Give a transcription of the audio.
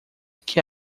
que